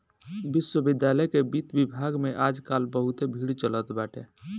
विश्वविद्यालय के वित्त विभाग में आज काल बहुते भीड़ चलत बाटे